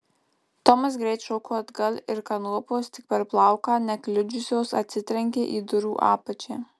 tomas greit šoko atgal ir kanopos tik per plauką nekliudžiusios atsitrenkė į durų apačią